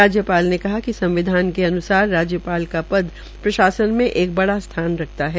राज्यपाल ने कहा कि संविधान के अन्सार राज्यपाल के पद प्रशासन में एक बडा स्थान रखता है